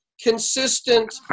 Consistent